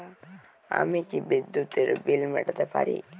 আমি কি বিদ্যুতের বিল মেটাতে পারি?